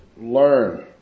learn